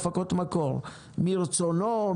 מרצונו,